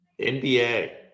NBA